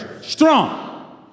strong